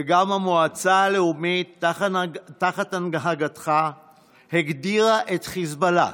וגם המועצה הלאומית תחת הנהגתך הגדירה באומץ את חיזבאללה